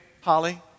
Holly